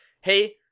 Hey